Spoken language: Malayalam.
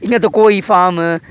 ഇങ്ങനത്തെ കോഴി ഫാം